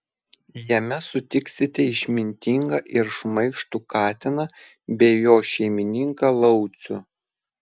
jame sutiksite išmintingą ir šmaikštų katiną bei jo šeimininką laucių